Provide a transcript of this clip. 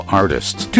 artists